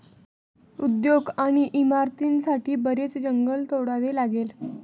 उद्योग आणि इमारतींसाठी बरेच जंगल तोडावे लागले